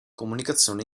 comunicazione